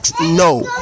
No